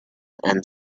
and